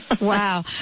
Wow